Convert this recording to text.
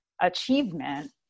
achievement